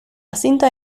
cinta